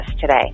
today